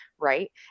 Right